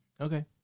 Okay